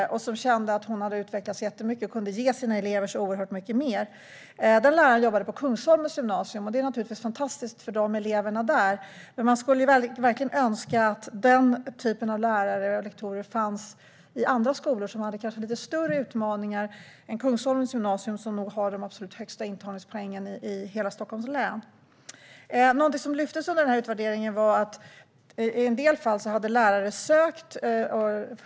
Hon kände att hon hade utvecklats jättemycket och kunde ge sina elever oerhört mycket mer. Hon jobbar på Kungsholmens gymnasium. Det är fantastiskt för eleverna som går där. Men man skulle verkligen önska att den typen av lärare och lektorer fanns i skolor som kanske har lite större utmaningar än Kungsholmens gymnasium, som nog har de högsta intagningspoängen i hela Stockholms län. Något som lyftes fram i utfrågningen var att lärare i en del fall hade sökt forskarutbildning.